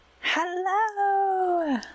Hello